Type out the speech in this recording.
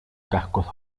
cascos